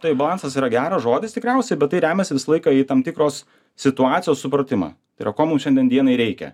taip balansas yra geras žodis tikriausiai bet tai remiasi visą laiką į tam tikros situacijos supratimą tai yra ko mum šiandien dienai reikia